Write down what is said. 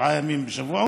שבעה ימים בשבוע.